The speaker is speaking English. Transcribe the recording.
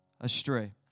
astray